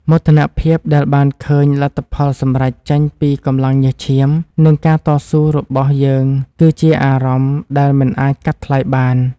មោទនភាពដែលបានឃើញលទ្ធផលសម្រេចចេញពីកម្លាំងញើសឈាម និងការតស៊ូរបស់យើងគឺជាអារម្មណ៍ដែលមិនអាចកាត់ថ្លៃបាន។